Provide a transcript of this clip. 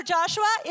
Joshua